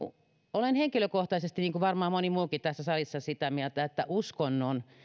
olen henkilökohtaisesti niin kuin varmaan moni muukin tässä salissa sitä mieltä että uskonnon